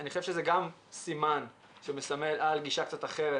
אני חושב שזה גם סימן שמסמל על גישה קצת אחרת